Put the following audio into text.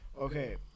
Okay